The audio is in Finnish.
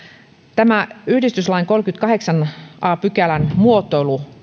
tämä yhdistyslain kolmannenkymmenennenkahdeksannen a pykälän muotoilu